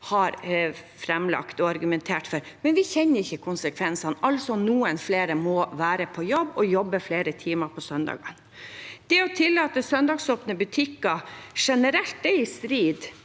har framlagt og argumentert for, men vi kjenner ikke konsekvensene, altså om noen flere må være på jobb, eller om noen må jobbe flere timer på søndagene. Det å tillate søndagsåpne butikker generelt er i strid